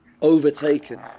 overtaken